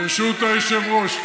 אנחנו מאמינים, ברשות היושב-ראש.